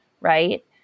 Right